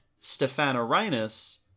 Stephanorhinus